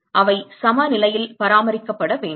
எனவே அவை சமநிலையில் பராமரிக்கப்பட வேண்டும்